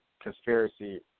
conspiracy